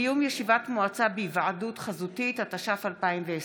(קיום ישיבת מועצה בהיוועדות חזותית), התש"ף 2020,